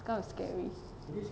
kind of scary